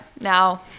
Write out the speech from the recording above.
now